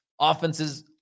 offenses